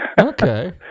Okay